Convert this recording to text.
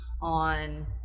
on